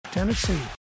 Tennessee